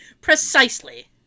Precisely